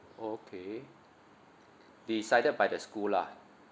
okay decided by the school lah